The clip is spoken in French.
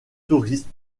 touristes